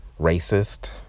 racist